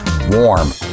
warm